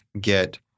get